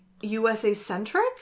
USA-centric